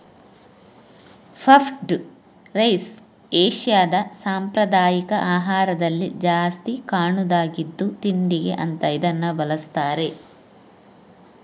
puffed rice ಏಷ್ಯಾದ ಸಾಂಪ್ರದಾಯಿಕ ಆಹಾರದಲ್ಲಿ ಜಾಸ್ತಿ ಕಾಣುದಾಗಿದ್ದು ತಿಂಡಿಗೆ ಅಂತ ಇದನ್ನ ಬಳಸ್ತಾರೆ